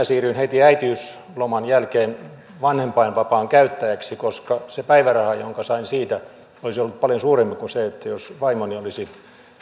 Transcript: siirryin heti äitiysloman jälkeen vanhempainvapaan käyttäjäksi koska se päiväraha jonka sain siitä olisi ollut paljon suurempi kuin silloin jos vaimoni olisi